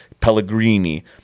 Pellegrini